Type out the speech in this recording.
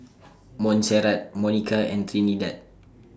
Montserrat Monika and Trinidad